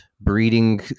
breeding